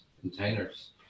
containers